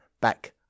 back